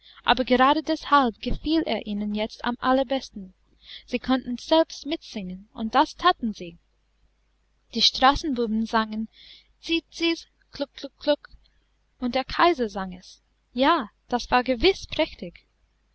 aber gerade deshalb gefiel er ihnen jetzt am allerbesten sie konnten selbst mitsingen und das thaten sie die straßenbuben sangen ziziiz kluckkluckkluck und der kaiser sang es ja das war gewiß prächtig